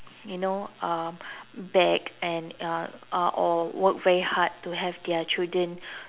you know um beg and uh uh or work very hard to have their children